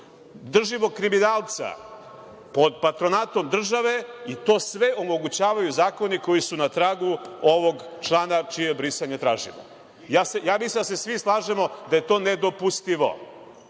držimo kriminalca pod patronatom države i to sve omogućavaju zakoni koji su na tragu ovog člana čije brisanje tražimo. Ja mislim da se svi slažemo da je to nedopustivo. Ja